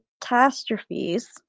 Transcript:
catastrophes